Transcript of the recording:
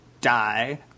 die